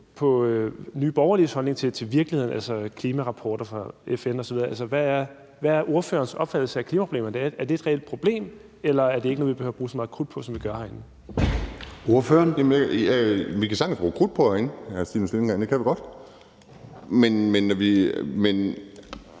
på Nye Borgerliges holdning til virkeligheden, altså klimarapporter fra FN osv.? Hvad er ordførerens opfattelse af klimaproblemet? Er det et reelt problem, eller er det ikke noget, vi ikke behøver at bruge så meget krudt på, som vi gør herinde? Kl. 20:52 Formanden (Søren Gade): Ordføreren. Kl. 20:52 Kim Edberg Andersen